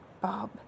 Bob